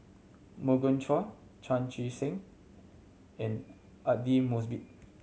Morgan Chua Chan Chee Seng and Aidli Mosbit